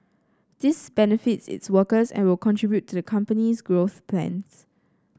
this benefits its workers and will contribute to the company's growth plans